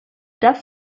das